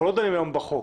אנחנו לא דנים היום בחוק.